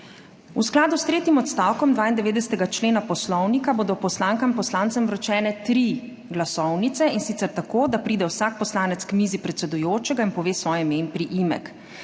V skladu s tretjim odstavkom 92. člena Poslovnika bodo poslankam in poslancem vročene tri glasovnice, in sicer tako, da pride vsak poslanec k mizi predsedujočega in pove svoje ime in priimek.